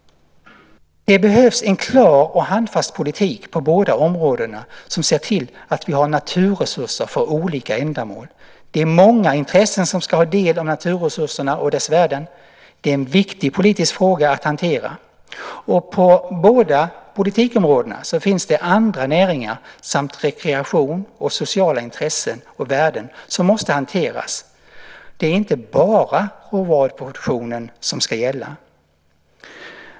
Det behövs en klar och handfast politik på båda områdena som ser till att vi har naturresurser för olika ändamål. Det är många intressen som ska ha del av naturresurserna och dess värden. Det är en viktig politisk fråga att hantera. På båda politikområdena finns det också andra näringar samt rekreation och sociala intressen och värden som måste hanteras. Det är inte bara råvaruproduktionen som ska gälla.